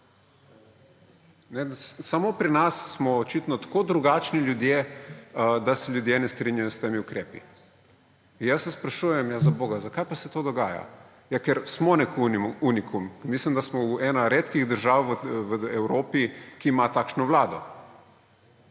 Samo pri nas smo očitno tako drugačni ljudje, da se ljudje ne strinjajo s temi ukrepi. In jaz se sprašujem, ja, zaboga, zakaj se pa to dogaja. Ja, ker smo nek unikum. Mislim, da smo ena redkih držav v Evropi, ki ima takšno vlado.